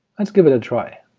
let's give it a try.